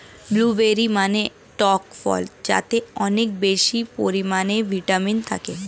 blueberry মানে টক ফল যাতে অনেক বেশি পরিমাণে ভিটামিন থাকে